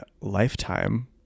Lifetime